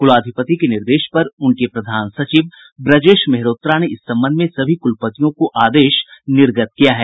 कुलाधिपति के निर्देश पर उनके प्रधान सचिव ब्रजेश मेहरोत्रा ने इस संबंध में सभी कुलपतियों को आदेश निर्गत किया है